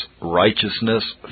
righteousness